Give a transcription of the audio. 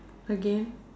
again